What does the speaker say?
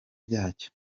byacyo